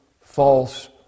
false